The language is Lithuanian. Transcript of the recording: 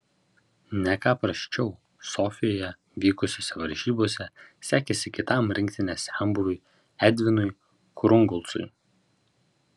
ne ką prasčiau sofijoje vykusiose varžybose sekėsi kitam rinktinės senbuviui edvinui krungolcui